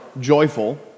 joyful